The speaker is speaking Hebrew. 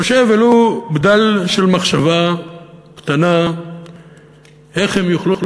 חושב ולו בדל של מחשבה קטנה איך הם יוכלו